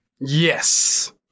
Yes